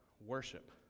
worship